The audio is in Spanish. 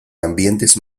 ambientes